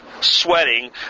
sweating